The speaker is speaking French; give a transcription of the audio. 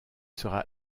sera